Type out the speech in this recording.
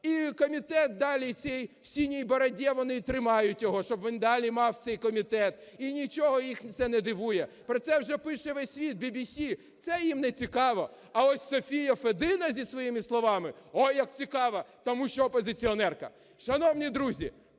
І комітет далі цій "синий бороде", вони тримають його, щоб він далі мав цей комітет, і нічого їх це не дивує. Про це вже пише весь світ, ВВС. Це їм не цікаво. А ось Софія Федина зі своїми словами – ой, як цікаво, тому що опозиціонерка. Шановні друзі,